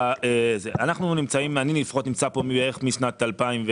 אני לפחות נמצא פה בערך משנת 2006,